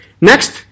Next